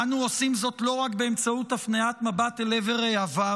אנו עושים זאת לא רק באמצעות הפניית מבט אל עבר העבר,